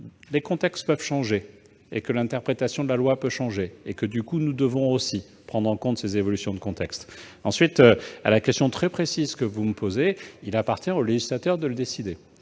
les contextes peuvent changer, de même que l'interprétation de la loi. Nous devons aussi prendre en compte ces évolutions du contexte. Quant à la question très précise que vous me posez, il appartient au législateur de le décider.